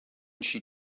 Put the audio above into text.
she